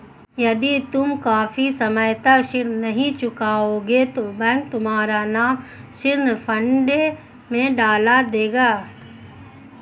यदि तुम काफी समय तक ऋण नहीं चुकाओगे तो बैंक तुम्हारा नाम ऋण फंदे में डाल देगा